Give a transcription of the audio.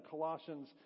Colossians